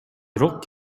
бирок